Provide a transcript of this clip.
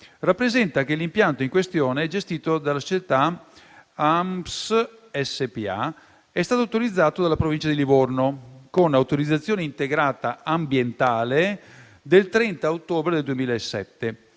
rappresenta che l'impianto in questione, gestito dalla società Aamps SpA, è stato autorizzato dalla Provincia di Livorno con autorizzazione integrata ambientale (AIA) del 30 ottobre 2007,